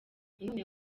none